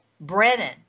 Brennan